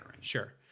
Sure